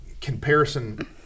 comparison